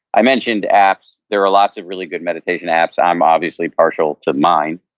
i mentioned apps, there are lots of really good meditation apps, i'm obviously partial to mine,